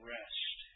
rest